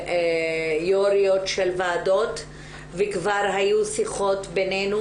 יו"ריות של ועדות וכבר היו שיחות בינינו